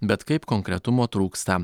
bet kaip konkretumo trūksta